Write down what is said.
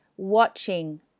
watching